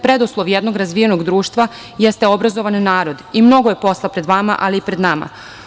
Preduslov jednog razvijenog društva jeste obrazovan narod i mnogo je posla pred vama, ali i pred nama.